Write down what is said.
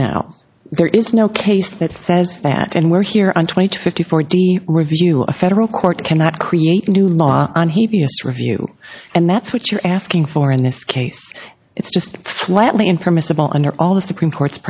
now there is no case that says that and we're here on twenty to fifty four d review a federal court cannot create a new law and he review and that's what you're asking for in this case it's just flatly in permissible under all the supreme court's